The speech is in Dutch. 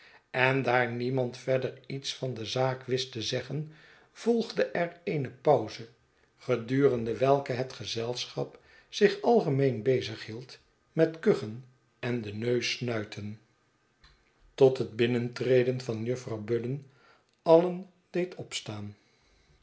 en daar niemand verder iets van de zaak wist te zeggen volgde er eene pauze gedurende welke net gezelschap zich algemeen bezighield met kuchen en den neus te snuiten tot het schetsen van boz binnentreden van juffrouw budden alien deed opstaan